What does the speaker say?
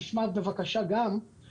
תשמע בבקשה גם כן